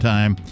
Time